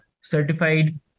certified